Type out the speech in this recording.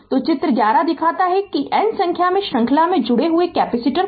तो चित्र 11 दिखाता है कि n संख्या में श्रृंखला में जुड़े हुए कैपेसिटर को